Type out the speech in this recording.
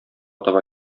таба